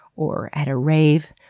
or at a rave,